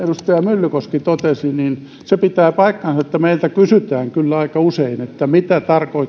myllykoski totesi pitää paikkansa että meiltä kysytään kyllä aika usein mitä tarkoittaa